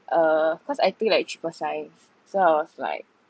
err cause I took like triple science so I was like